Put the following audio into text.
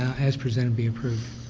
as presented, be approved.